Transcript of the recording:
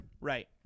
Right